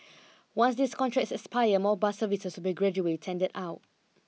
once these contracts expire more bus services will be gradually tendered out